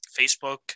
Facebook